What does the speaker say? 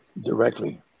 directly